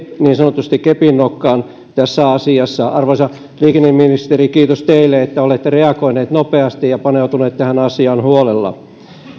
niin sanotusti kepin nokkaan tässä asiassa arvoisa liikenneministeri kiitos teille että olette reagoinut nopeasti ja paneutunut asiaan huolella